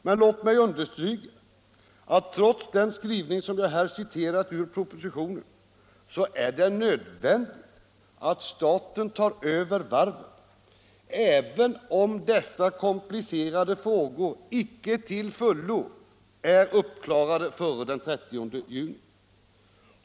Men låt mig understryka att trots den skrivning som jag här citerat ur propositionen är det nödvändigt att staten tar över varvet, även om dessa komplicerade frågor icke till fullo är uppklarade före den 30 juni.